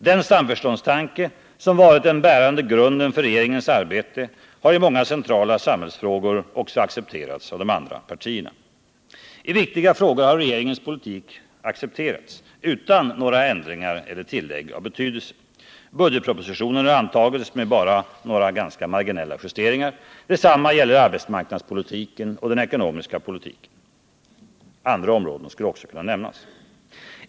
Den samförståndstanke som varit den bärande grunden för regeringens arbete har i många centrala samhällsfrågor också accepterats av de andra partierna. I viktiga frågor har regeringens politik accepterats utan några ändringar eller tillägg av betydelse. Budgetpropositionen har antagits med bara några ganska marginella justeringar. Detsamma gäller arbetsmarknadspolitiken och den ekonomiska politiken. Andra områden skulle också kunna nämnas.